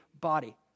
body